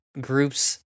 groups